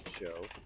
show